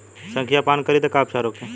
संखिया पान करी त का उपचार होखे?